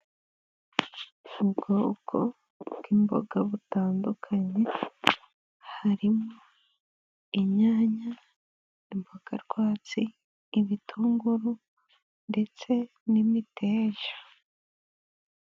Ubwoko bw'imboga butandukanye harimo: inyanya, imboga rwatsi, ibitunguru ndetse n'imiteja.